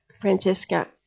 Francesca